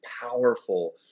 powerful